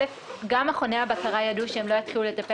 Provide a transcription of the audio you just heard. גם מכוני הבקרה ידעו שהם לא יתחילו לטפל